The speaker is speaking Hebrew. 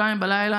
02:00,